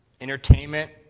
entertainment